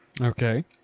Okay